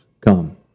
come